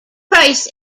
price